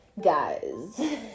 guys